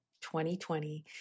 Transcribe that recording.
2020